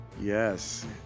Yes